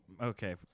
Okay